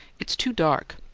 it's too dark.